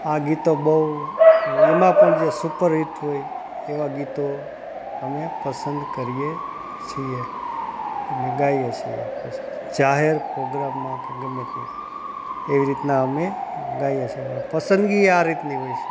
આ ગીતો બહુ એમાં પણ જે સુપરહિટ હોય એવાં ગીતો અમે પસંદ કરીએ છીએ ને ગાઈએ છીએ પછી જાહેર પ્રોગ્રામમાં કે ગમે ત્યાં એવી રીતના અમે ગાઈએ છે પણ પસંદગી આ રીતની હોય છે